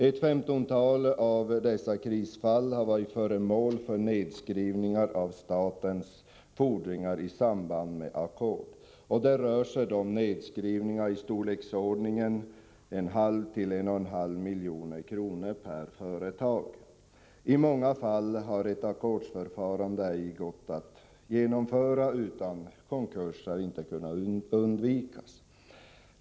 Ett femtontal av dessa krisfall har varit föremål för nedskrivningar av statens fordringar i samband med ackord. Det rör sig om nedskrivningar i storleksordningen 0,5-1,5 milj.kr. per företag. I många fall har ett ackordsförfarande ej gått att genomföra, och konkurs har inte kunnat undvikas.